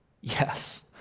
Yes